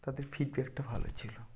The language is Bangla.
তাদের ফিডব্যাকটা ভালো ছিলো